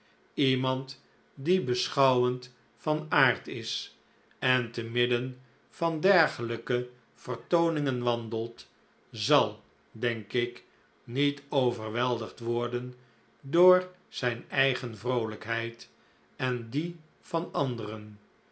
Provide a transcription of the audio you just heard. iemand die beschouwend van aard is en te midden van dergelijke vertooningen wandelt zal denk ik niet overweldigd worden door zijn eigen vroolijkheid en die van anderen